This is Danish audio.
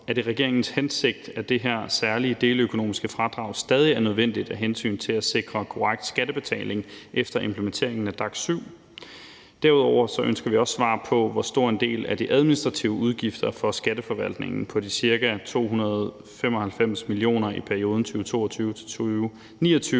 det regeringens hensigt, at det her særlige deleøkonomiske fradrag stadig er nødvendigt af hensyn til at sikre korrekt skattebetaling efter implementeringen af DAC7? Derudover ønsker vi også svar på, hvor stor en del af de administrative udgifter for Skatteforvaltningen på de ca. 295 mio. kr. i perioden 2022